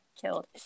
killed